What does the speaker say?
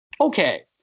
Okay